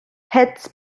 heads